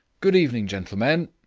good evening, gentlemen,